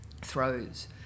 throws